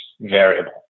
variable